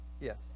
Yes